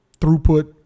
throughput